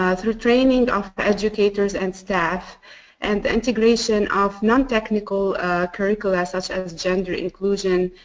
ah through training of educators and staff and integration of nontechnical curricula such as gender inclusion,